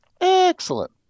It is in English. excellent